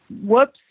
whoops